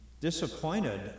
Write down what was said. disappointed